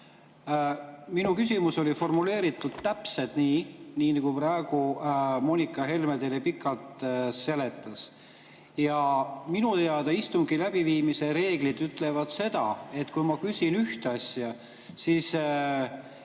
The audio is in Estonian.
Minu küsimus oli formuleeritud täpselt nii, nagu praegu Moonika Helme teile pikalt seletas. Ja minu teada istungi läbiviimise reeglid ütlevad seda, et kui ma küsin ühte asja, siis